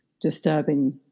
disturbing